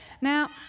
Now